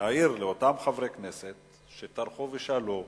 להעיר לאותם חברי כנסת שטרחו ושאלו: